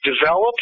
Develop